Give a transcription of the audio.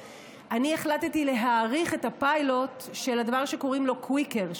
החלטתי להאריך את הפיילוט של הדבר שקוראים לו קוויקר,